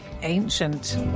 ancient